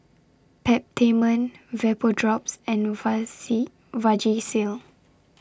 Peptamen Vapodrops and Vasi Vagisil